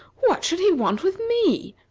what should he want with me?